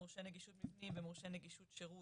במורשה נגישות במבנים ומורשה נגישות שירות,